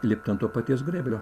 lipti ant to paties grėblio